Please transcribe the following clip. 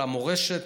על המורשת,